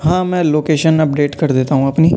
ہاں میں location update کر دیتا ہوں اپنی